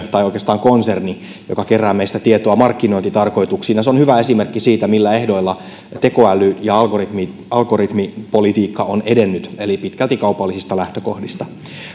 tai oikeastaan konserni joka kerää meistä tietoa markkinointitarkoituksiin se on hyvä esimerkki siitä millä ehdoilla tekoäly ja algoritmipolitiikka on edennyt eli pitkälti kaupallisista lähtökohdista